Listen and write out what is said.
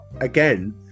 again